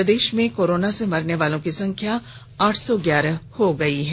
प्रदेश में कोरोना से मरने वालों की संख्या आठ सौ गयारह हो गई है